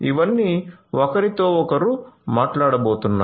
ఇవన్నీ ఒకరితో ఒకరు మాట్లాడబోతున్నారు